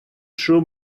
shoe